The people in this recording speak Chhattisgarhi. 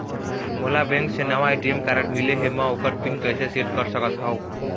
मोला बैंक से नावा ए.टी.एम कारड मिले हे, म ओकर पिन कैसे सेट कर सकत हव?